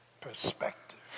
perspective